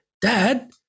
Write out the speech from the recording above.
dad